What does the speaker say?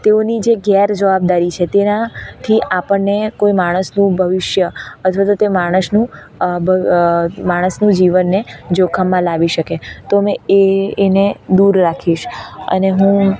તેઓની જે ગેર જવાબદારી છે તેના થી આપણને કોઈ માણસનું ભવિષ્ય અથવા તો તે માણસનું માણસનું જીવનને જોખમમાં લાવી શકે તો મેં એને દૂર રાખીશ અને હું